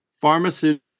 pharmaceutical